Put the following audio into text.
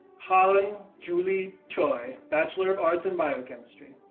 haeun um julie choi, bachelor of arts in biochemistry.